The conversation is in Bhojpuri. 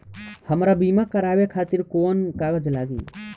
हमरा बीमा करावे खातिर कोवन कागज लागी?